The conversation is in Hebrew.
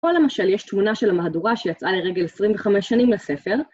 פה למשל, יש תמונה של המהדורה שיצאה לרגל 25 שנים לספר.